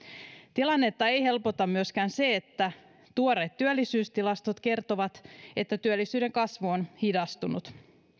tilannetta ei helpota myöskään se että tuoreet työllisyystilastot kertovat että työllisyyden kasvu on hidastunut